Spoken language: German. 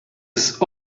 ist